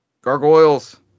Gargoyles